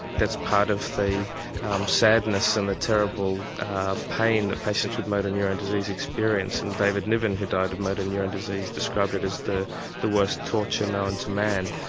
that's part of the sadness and the terrible pain that patients with motor neurone disease experience and david niven who died of motor neurone disease described it as the the worst torture known to man.